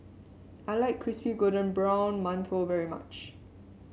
I like Crispy Golden Brown Mantou very much